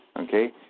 Okay